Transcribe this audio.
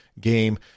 game